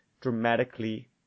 dramatically